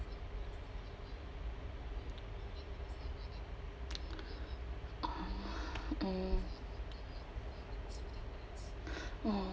mm oh